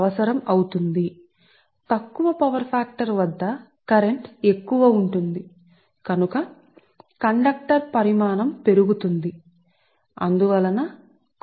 అప్పుడు మనం పొందు తాము తక్కువ పవర్ ఫాక్టర్ వద్ద కరెంట్ అధికంగా ఉంటుంది కాబట్టి కండక్టర్ పరిమాణం పెరుగుతుంది కాబట్టి ఇది కండక్టర్ పరిమాణం పెరగాలంటే మీరు కాపర్ యొక్క పరిమాణం మీరు ఎక్కువ చేయాల్సి ఉంటుంది